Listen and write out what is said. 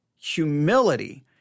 humility